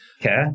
Okay